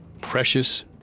precious